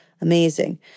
Amazing